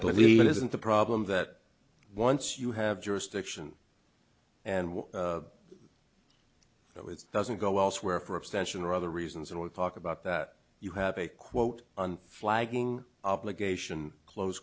believe it isn't the problem that once you have jurisdiction and it doesn't go elsewhere for abstention or other reasons and we talk about that you have a quote unflagging obligation close